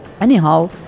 Anyhow